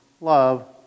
Love